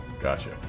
gotcha